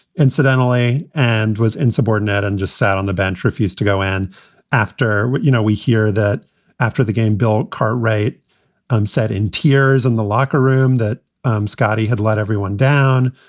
incidentally, and was insubordinate and just sat on the bench, refused to go in after what you know, we hear that after the game, bill cartwright um said in tears in the locker room that um scottie had let everyone down.